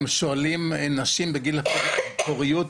הם שואלים נשים בגיל הפוריות,